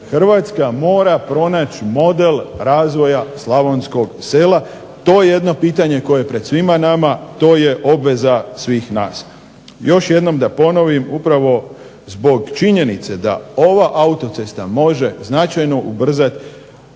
Hrvatska mora pronaći model razvoja slavonskog sela. To je jedno pitanje koje je pred svima nama. To je obveza svih nas. Još jednom da ponovim upravo zbog činjenice da ova autocesta može značajno ubrzati